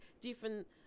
different